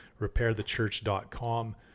RepairTheChurch.com